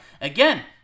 Again